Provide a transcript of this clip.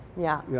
yeah, yeah.